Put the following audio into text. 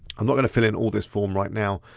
i'm not gonna fill in all this form right now.